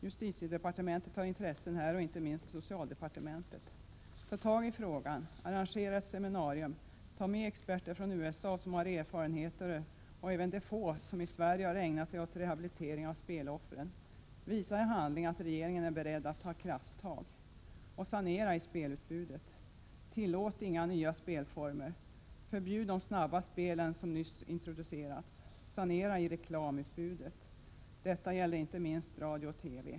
Justitiedepartementet har intressen här och inte minst socialdepartementet. Ta tag i frågan, arrangera ett seminarium, ta med experter från USA som har erfarenheter och även de få som i Sverige har ägnat sig åt rehabilitering av speloffren. Visa i handling att regeringen är beredd att ta krafttag. Och sanera i spelutbudet. Tillåt inga nya spelformer, förbjud de snabba spelen som nyss har introducerats. Sanera i reklamutbudet. Detta gäller inte minst radio och TV.